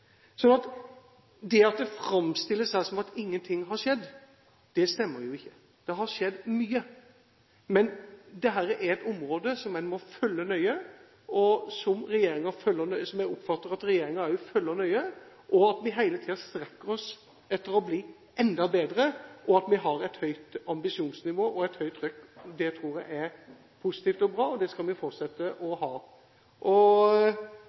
stemmer ikke. Det har skjedd mye, men dette er et område som en må følge nøye – og som jeg oppfatter at regjeringen følger nøye – og vi må hele tiden strekke oss etter å bli enda bedre. At vi har et høyt ambisjonsnivå og et høyt trykk, tror jeg er positivt og bra, og det skal vi fortsette å ha. Jeg takker for en god debatt fra både opposisjonen og